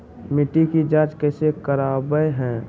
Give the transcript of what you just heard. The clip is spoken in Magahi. मिट्टी के जांच कैसे करावय है?